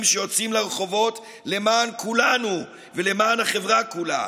שיוצאים לרחובות למען כולנו ולמען החברה כולה,